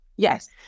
Yes